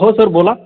हो सर बोला